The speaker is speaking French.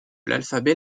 l’alphabet